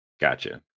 Gotcha